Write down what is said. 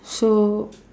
so